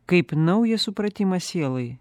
kaip naujas supratimas sielai